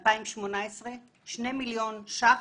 2018 - 2 מיליון ₪